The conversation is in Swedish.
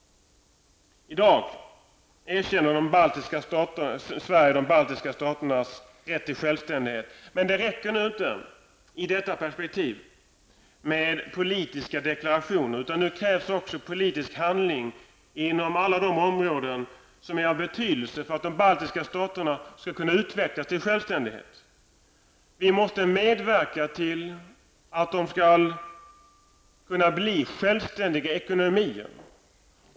I dag erkänner Sverige de baltiska staternas rätt till självständighet. Men det räcker inte i detta perspektiv med politiska deklarationer. Nu krävs också politisk handling inom alla de områden som är av betydelse för att de baltiska staterna skall kunna utveckla sin självständighet. Vi måste medverka till att de skall kunna bli självständiga ekonomier.